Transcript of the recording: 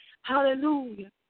Hallelujah